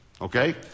Okay